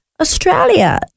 Australia